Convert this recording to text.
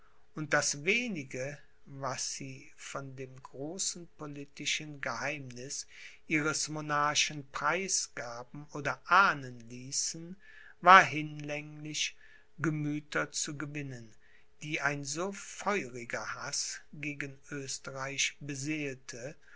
und das wenige was sie von dem großen politischen geheimniß ihres monarchen preisgaben oder ahnen ließen war hinlänglich gemüther zu gewinnen die ein so feuriger haß gegen oesterreich beseelte